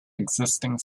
existing